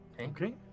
Okay